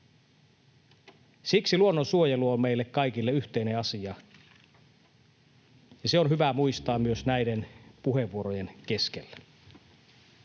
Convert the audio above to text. Siksi luonnonsuojelu on meille kaikille yhteinen asia, ja se on hyvä muistaa myös näiden puheenvuorojen keskellä.